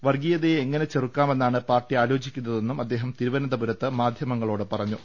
വർഗീ യതയെ എങ്ങനെ ചെറുക്കാമെന്നാണ് പാർട്ടി ആലോചിക്കുന്ന തെന്നും അദ്ദേഹം തിരുവനന്തപുരത്ത് മാധ്യമങ്ങളോട് പറഞ്ഞു